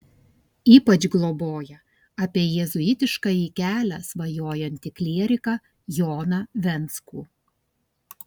ypač globoja apie jėzuitiškąjį kelią svajojantį klieriką joną venckų